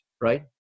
right